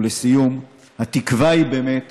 ולסיום, התקווה היא באמת